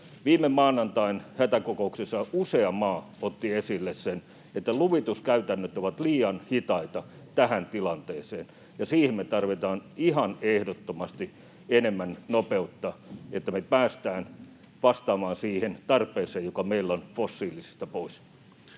Viime maanantain hätäkokouksessa usea maa otti esille sen, että luvituskäytännöt ovat liian hitaita tähän tilanteeseen. Siihen me tarvitaan ihan ehdottomasti enemmän nopeutta, että me päästään vastaamaan siihen tarpeeseen, joka meillä on, fossiilisista pois.